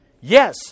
Yes